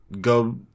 go